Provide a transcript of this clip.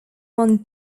won